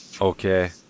okay